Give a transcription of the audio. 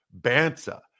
BANSA